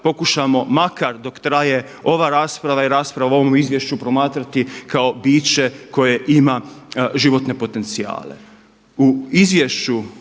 pokušamo makar dok traje ova rasprava i rasprava o ovom izvješću promatrati kao biće koje ima životne potencijale.